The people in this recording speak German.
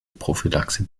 prophylaxe